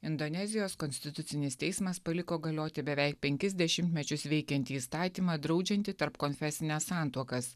indonezijos konstitucinis teismas paliko galioti beveik penkis dešimtmečius veikiantį įstatymą draudžiantį tarpkonfesines santuokas